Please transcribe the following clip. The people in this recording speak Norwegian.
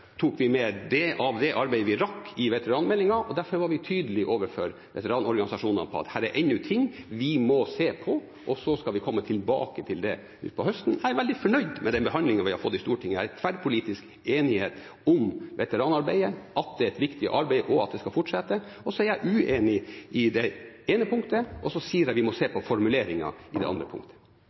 var vi tydelige overfor veteranorganisasjonene på at her er det ennå ting vi må se på, og så skal vi komme tilbake til det utpå høsten. Jeg er veldig fornøyd med den behandlingen vi har fått i Stortinget. Det er tverrpolitisk enighet om at veteranarbeidet er et viktig arbeid, og at det skal fortsette. Så er jeg uenig i det ene punktet, og så sier jeg at vi må se på formuleringen på det andre punktet.